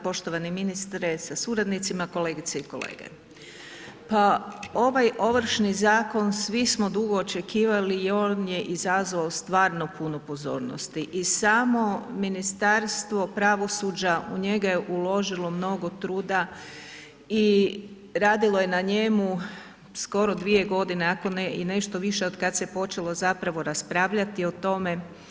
Poštovani ministre sa suradnicima, kolegice i kolegice, pa ovaj Ovršni zakon svi smo dugo očekivali i on je izazvao stvarno puno pozornosti i samo Ministarstvo pravosuđa u njega je uložilo mnogo truda i radilo je na njemu skoro 2 godine ako ne i nešto više od kad se počelo zapravo raspravljati o tome.